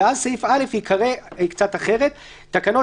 ואז סעיף (א) ייקרא קצת אחרת: תקנות